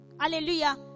Hallelujah